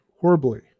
horribly